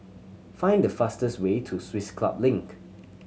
find the fastest way to Swiss Club Link